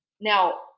Now